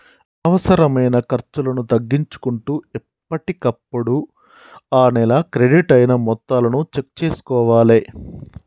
అనవసరమైన ఖర్చులను తగ్గించుకుంటూ ఎప్పటికప్పుడు ఆ నెల క్రెడిట్ అయిన మొత్తాలను చెక్ చేసుకోవాలే